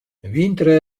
vintre